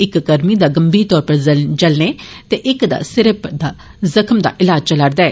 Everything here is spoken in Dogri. इक कर्मी दा गंभीर तौर पर जलने ते इक दा सिरै पर जख्म दा इलाज चलै करदा ऐ